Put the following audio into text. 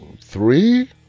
three